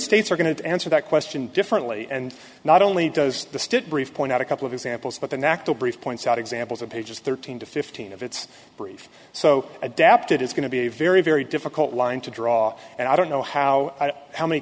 states are going to answer that question differently and not only does the state brief point out a couple of examples but the knack to brief points out examples of pages thirteen to fifteen of it's brief so adapted it's going to be a very very difficult line to draw and i don't know how how many